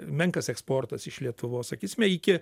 menkas eksportas iš lietuvos sakysime iki